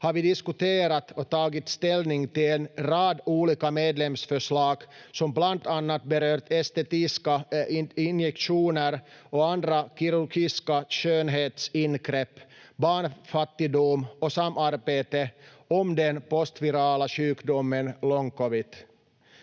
har vi diskuterat och tagit ställning till en rad olika medlemsförslag som bland annat berört estetiska injektioner och andra kirurgiska skönhetsingrepp, barnfattigdom och samarbete om den postvirala sjukdomen long covid.